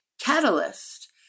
catalyst